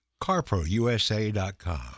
carprousa.com